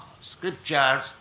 scriptures